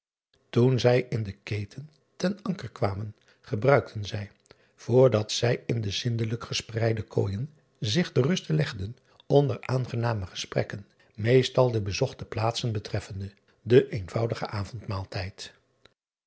oen zij in de eten ten anker kwamen gebruikten zij voor dat zij in de zindelijk gespreide kooijen zich te rust legden onder aangename gesprekken meestal de bezochte plaatsen betreffende den eenvoudigen avondmaaltijd